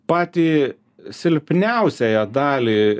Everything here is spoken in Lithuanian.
patį silpniausiąją dalį